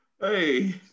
Hey